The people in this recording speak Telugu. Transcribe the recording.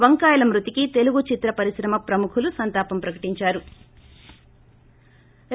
వంకాయల మృతికి తెలుగు చిత్ర పరిశ్రమ ప్రముఖులు సంతాపం ప్రకటించారు